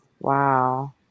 wow